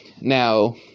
now